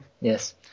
Yes